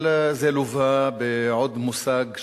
אבל זה לווה בעוד מושג,